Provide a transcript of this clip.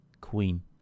Queen